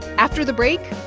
after the break,